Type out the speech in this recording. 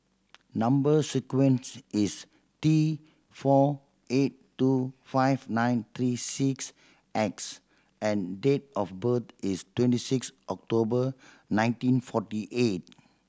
number sequence is T four eight two five nine three six X and date of birth is twenty six October nineteen forty eight